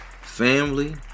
family